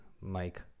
Mike